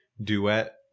duet